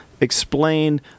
explain